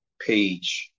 page